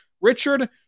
Richard